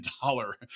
dollar